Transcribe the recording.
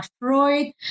Freud